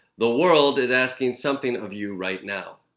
the world is asking something of you right now.